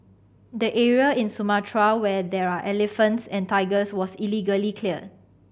the area in Sumatra where there are elephants and tigers was illegally cleared